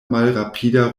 malrapida